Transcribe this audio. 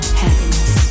happiness